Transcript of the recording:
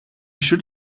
should